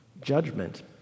Judgment